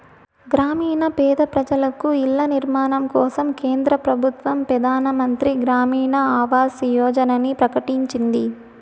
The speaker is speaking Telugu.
గ్రామీణ పేద పెజలకు ఇల్ల నిర్మాణం కోసరం కేంద్ర పెబుత్వ పెదానమంత్రి గ్రామీణ ఆవాస్ యోజనని ప్రకటించింది